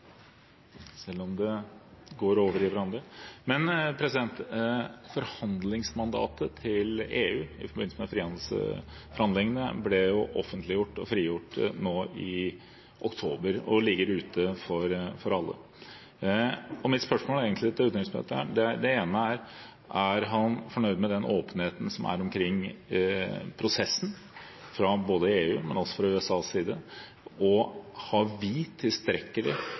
selv om dette går over i hverandre. Forhandlingsmandatet til EU i forbindelse med frihandelsforhandlingene ble jo offentliggjort og frigitt nå i oktober og ligger ute for alle. Mine spørsmål til utenriksministeren er: Er han fornøyd med den åpenheten som er omkring prosessen fra EUs og fra USAs side? Har vi og ministeren tilstrekkelig